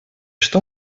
что